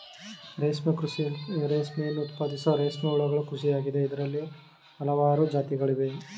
ರೇಷ್ಮೆ ಕೃಷಿ ರೇಷ್ಮೆಯನ್ನು ಉತ್ಪಾದಿಸೋ ರೇಷ್ಮೆ ಹುಳುಗಳ ಕೃಷಿಯಾಗಿದೆ ಇದ್ರಲ್ಲಿ ಹಲ್ವಾರು ಜಾತಿಗಳಯ್ತೆ